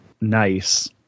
nice